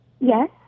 Yes